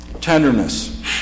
Tenderness